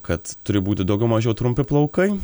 kad turi būti daugiau mažiau trumpi plaukai